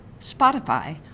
Spotify